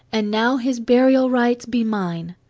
and now his burial rites be mine!